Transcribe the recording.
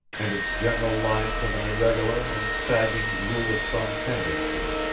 and its general lines of an irregular and sagging rule-of-thumb tendency.